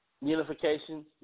unification